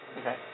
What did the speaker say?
Okay